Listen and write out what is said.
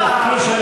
חבר הכנסת קיש,